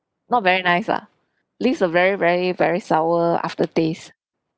not very nice lah leaves a very very very sour aftertaste